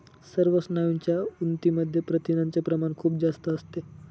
सर्व स्नायूंच्या ऊतींमध्ये प्रथिनांचे प्रमाण खूप जास्त असते